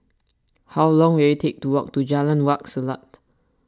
how long will it take to walk to Jalan Wak Selat